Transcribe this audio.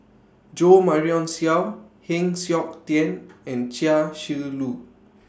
Jo Marion Seow Heng Siok Tian and Chia Shi Lu